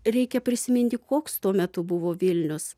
reikia prisiminti koks tuo metu buvo vilnius